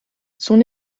son